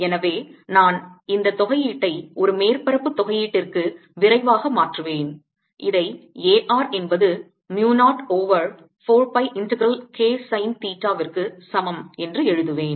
எனவே நான் இந்த தொகையீட்டை ஒரு மேற்பரப்பு தொகையீட்டிற்கு விரைவாக மாற்றுவேன் இதை A r என்பது mu 0 over 4 pi integral K sine theta விற்கு சமம் என்று எழுதுவேன்